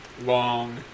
long